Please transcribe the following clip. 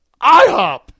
IHOP